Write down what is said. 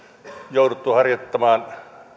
jouduttu harjoittamaan